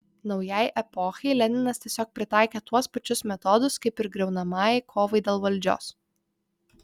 naujai epochai leninas tiesiog pritaikė tuos pačius metodus kaip ir griaunamajai kovai dėl valdžios